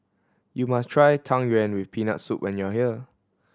you must try Tang Yuen with Peanut Soup when you are here